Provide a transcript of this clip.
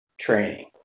training